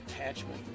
attachment